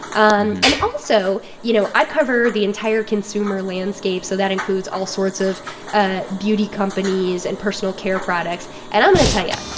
um and also you know, i cover the entire consumer landscape, so that includes all sorts of ah beauty companies and personal care products. and i'm going to tell yeah